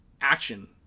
action